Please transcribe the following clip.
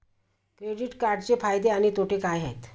Credit कार्डचे फायदे आणि तोटे काय आहेत?